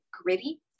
gritty